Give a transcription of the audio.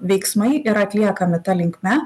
veiksmai yra atliekami ta linkme